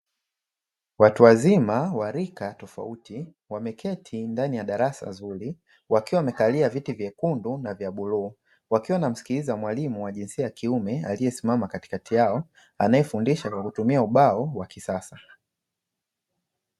Watu wazima wa rika tofauti wameketi ndani ya darasa zuri wakiwa wamekalia viti vyekundu na vya bluu, wakiwa wanamsikiliza mwalimu wa jinsia ya kiume aliyesimama katikati yao anayefundisha kwa kutumia ubao wa kisasa.